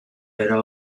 era